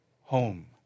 home